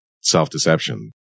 self-deception